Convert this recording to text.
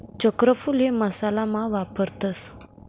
चक्रफूल हे मसाला मा वापरतस